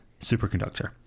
superconductor